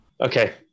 Okay